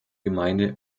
gemeinde